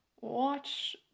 watch